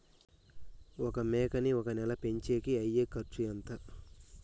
ఒక మేకని ఒక నెల పెంచేకి అయ్యే ఖర్చు ఎంత?